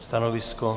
Stanovisko?